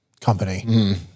company